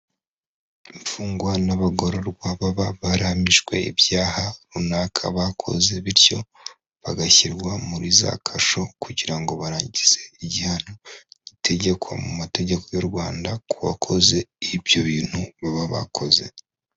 Imfungwa n'abagororwa baba barahamijwe ibyaha runaka bakoze bityo bagashyirwa muri za kasho kugira ngo barangize igihano gitegekwa mu mategeko y'u Rwanda kuwakoze ibyo bintu baba bakoze.